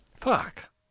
Fuck